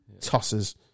tosses